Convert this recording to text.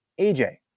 AJ